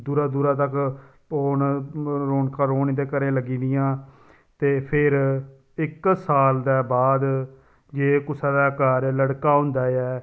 दूरा दूरा तक होन रौनकां रौह्न इ'न्दे घरें लग्गी दियां ते फिर इक साल दे बाद जे कुसै दे घर लड़का होंदा ऐ